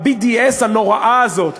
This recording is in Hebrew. ה-BDS הנוראה הזאת,